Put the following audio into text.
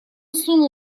сунул